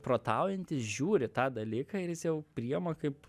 protaujantis žiūri tą dalyką ir jis jau priima kaip